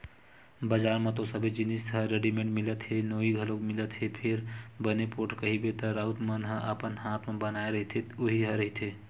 बजार म तो सबे जिनिस ह रेडिमेंट मिलत हे नोई घलोक मिलत हे फेर बने पोठ कहिबे त राउत मन ह अपन हात म बनाए रहिथे उही ह रहिथे